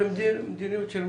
זה מדיניות של המשרד,